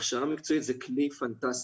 הכשרה מקצועית היא כלי פנטסטי,